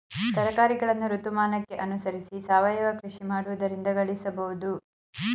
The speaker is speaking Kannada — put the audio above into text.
ತರಕಾರಿಗಳನ್ನು ಋತುಮಾನಕ್ಕೆ ಅನುಸರಿಸಿ ಸಾವಯವ ಕೃಷಿ ಮಾಡುವುದರಿಂದ ಗಳಿಸಬೋದು